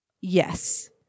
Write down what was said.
yes